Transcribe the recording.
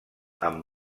amb